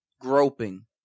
groping